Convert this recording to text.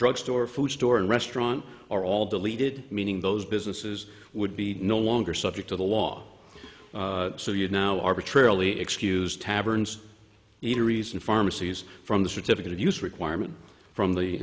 drugstore food store and restaurant are all deleted meaning those businesses would be no longer subject to the law so you now arbitrarily excuse taverns eateries and pharmacies from the certificate of use requirement from the